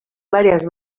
varias